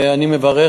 ואני מברך,